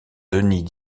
denis